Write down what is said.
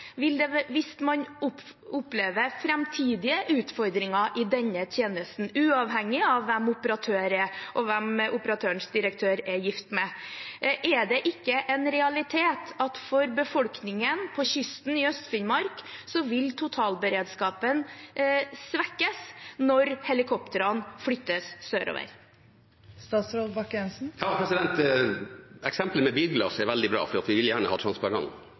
hvis man opplever framtidige utfordringer i denne tjenesten, uavhengig av hvem operatøren er, og hvem operatørens direktør er gift med. Er det ikke en realitet at for befolkningen på kysten i Øst-Finnmark vil totalberedskapen svekkes når helikoptrene flyttes sørover? Eksempelet med bilglass er veldig bra, for vi vil gjerne ha